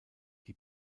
die